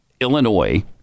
Illinois